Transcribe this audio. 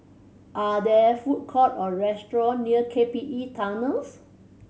are there food courts or restaurants near K P E Tunnel